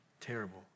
terrible